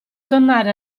tornare